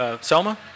Selma